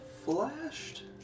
Flashed